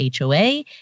HOA